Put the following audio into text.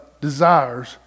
desires